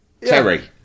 Terry